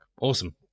awesome